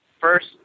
First